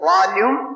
Volume